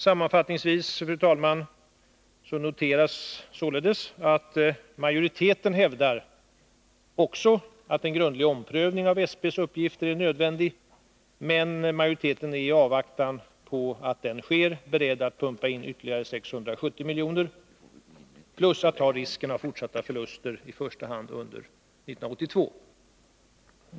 Sammanfattningsvis, fru talman, noteras således att majoriteten också hävdar att en grundlig omprövning av SP:s uppgifter är nödvändig, men majoriteten är i avvaktan härpå beredd att pumpa in ytterligare 670 milj.kr. plus att ta risken av fortsatta förluster, i första hand under 1982.